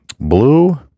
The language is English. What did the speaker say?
Blue